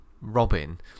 robin